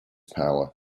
power